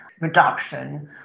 reduction